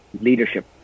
Leadership